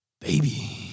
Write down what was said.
baby